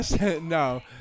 No